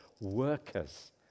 workers